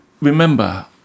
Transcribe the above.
remember